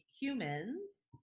humans